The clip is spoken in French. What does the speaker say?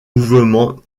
mouvement